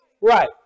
right